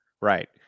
Right